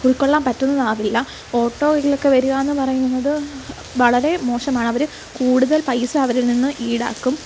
ഉൾകൊള്ളാൻ പറ്റുന്നതാകില്ല ഓട്ടോ വീട്ടിലടുക്കെ വരികയെന്നു പറയുന്നതു വളരെ മോശമാണവർ കൂടുതൽ പൈസ അവരിൽ നിന്നു ഈടാക്കും